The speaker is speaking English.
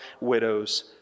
widows